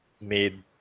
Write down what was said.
made